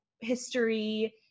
history